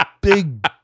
big